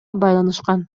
байланышкан